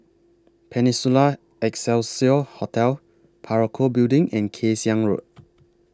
Peninsula Excelsior Hotel Parakou Building and Kay Siang Road